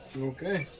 Okay